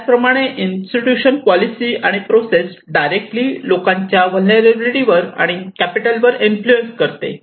त्याचप्रमाणे institution policy आणि process directly लोकांच्या व्हलनेरलॅबीलीटी आणि कॅपिटल वर इन्फ्लुएन्स करते